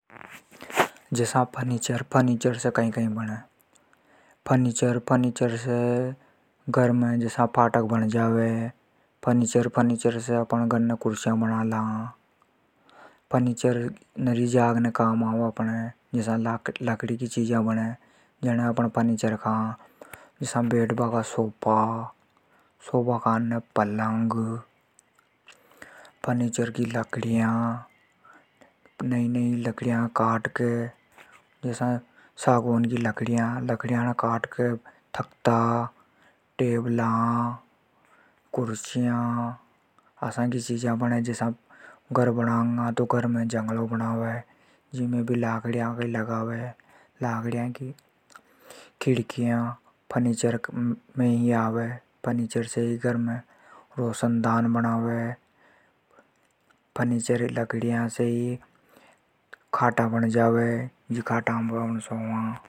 जसा फर्नीचर से कई कई बणे। फर्नीचर से घर ने फाटक बन जा। कुर्सियां बणा ला। लकड़ी की चीजा बणे जिसे अपण फर्नीचर केवा। बैठ बा का सोफा, पलंग अणसे अपण फर्नीचर केवा। घर बणावा तो वु में खिड़कियां भी फर्नीचर की लगावा। फर्नीचर की लकड़ियां से ही खाटा बण जावे।